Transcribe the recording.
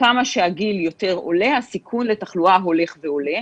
כמה שהגיל יותר עולה הסיכון לתחלואה הולך ועולה.